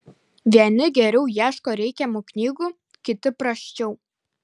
vieni geriau ieško reikiamų knygų kiti prasčiau